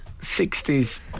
60s